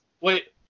Wait